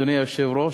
אדוני היושב-ראש,